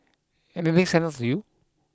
anything stand out to you